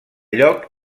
lloc